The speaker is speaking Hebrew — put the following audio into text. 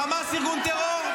חמאס הוא ארגון טרור?